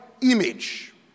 image